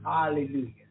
Hallelujah